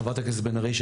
חברת הכנסת בן ארי,